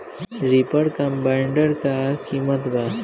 Reaper combiner का किमत बा?